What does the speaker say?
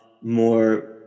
more